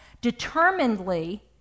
determinedly